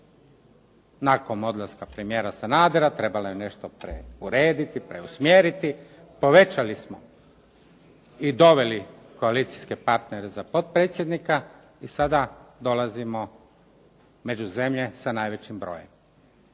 Nakon odlaska premijera Sanadera trebala je nešto preurediti, preusmjeriti, povećali smo i doveli koalicijske partnere za potpredsjednika i sada dolazimo među zemlje sa najvećim brojem.